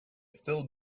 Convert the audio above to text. still